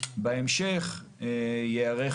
בהמשך ייערך